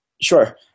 Sure